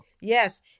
yes